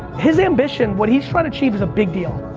his ambition, what he's trying to achieve is a big deal.